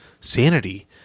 sanity